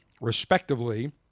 respectively